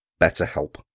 BetterHelp